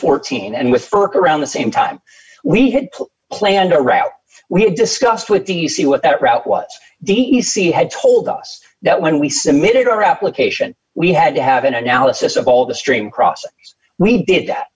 fourteen and with ferk around the same time we had planned a route we had discussed with d c what that route what d e c had told us that when we submitted our application we had to have an analysis of all the stream crossing we did that